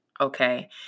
Okay